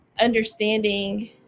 understanding